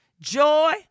joy